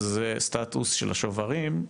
זה סטטוס של השוברים,